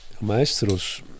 maestros